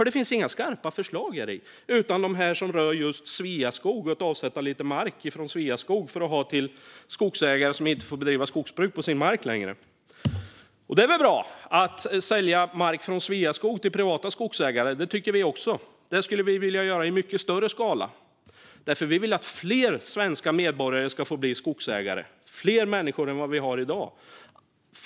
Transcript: Det finns inga skarpa förslag i propositionen, utom de som rör just Sveaskog och att avsätta lite mark från Sveaskog för att ha till skogsägare som inte längre får bedriva skogsbruk på sin mark. Och det är väl bra att sälja mark från Sveaskog till privata skogsägare. Det tycker vi också, och det skulle vi vilja göra i mycket större skala. Vi vill att fler svenska medborgare ska få bli skogsägare - fler människor än i dag.